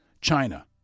China